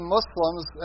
Muslims